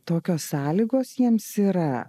tokios sąlygos jiems yra